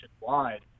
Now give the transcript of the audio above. nationwide